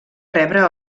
rebre